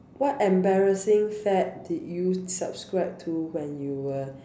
what embarrassing fad did you subscribe to when you were